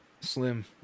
Slim